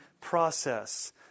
process